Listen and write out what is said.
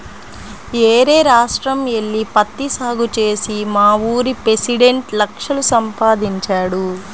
యేరే రాష్ట్రం యెల్లి పత్తి సాగు చేసి మావూరి పెసిడెంట్ లక్షలు సంపాదించాడు